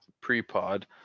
pre-pod